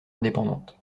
indépendante